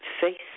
face